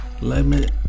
limit